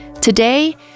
Today